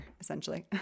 Essentially